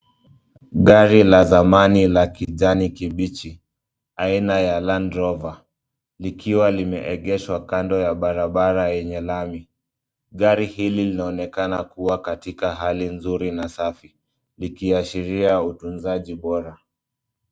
Gari la zamani la kijani kibichi aina ya Land Rover likiwa limeegeshwa kando ya barabara yenye lami. Gari hili linaonekana kuwa katika hali nzuri na safi likiashiria utunzaji bora.